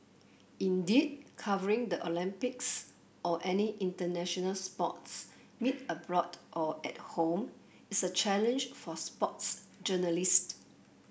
indeed covering the Olympics or any international sports meet abroad or at home is a challenge for sports journalist